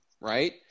right